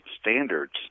standards